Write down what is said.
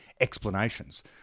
explanations